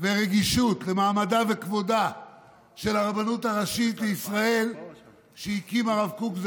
ורגישות למעמדה וכבודה של הרבנות הראשית לישראל שהקים הרב קוק,